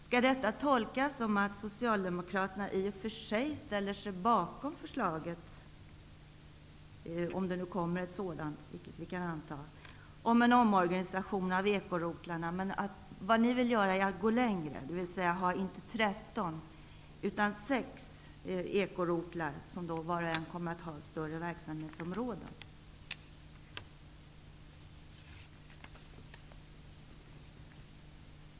Skall detta tolkas som att Socialdemokraterna i och för sig ställer sig bakom förslaget -- om det kommer ett sådant, vilket vi kan anta att det gör -- om en omorganisation av ekorotlarna men att Socialdemokraterna vill gå längre och inrätta inte tretton utan sex ekorotlar med större verksamhetsområden?